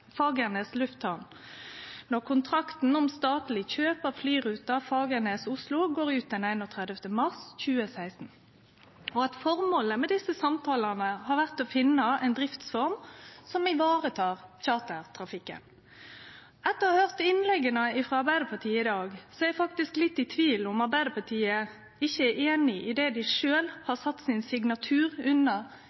Fagernes lufthamn når kontrakten om statleg kjøp av flyruta Fagernes–Oslo går ut 31. mars 2016, og at formålet med desse samtalane har vore å finne ei driftsform som varetek chartertrafikken. Etter å ha høyrt innlegga frå Arbeidarpartiet i dag, er eg faktisk litt i tvil om Arbeidarpartiet er einig i det dei sjølve har sett signaturen sin under